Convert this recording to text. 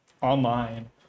online